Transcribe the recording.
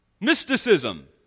Mysticism